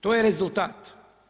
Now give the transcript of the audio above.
To je rezultat.